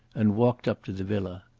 and walked up to the villa.